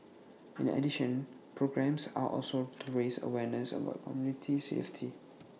in addition programmes are also to raise awareness about commuter safety